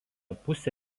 pusė